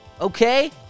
Okay